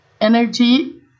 energy